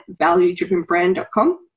valuedrivenbrand.com